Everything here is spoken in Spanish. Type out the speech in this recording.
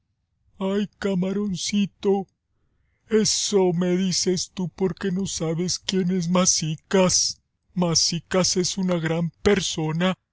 ay camaroncito eso me dices tú porque no sabes quién es masicas masicas es una gran persona